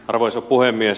arvoisa puhemies